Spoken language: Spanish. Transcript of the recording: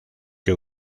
que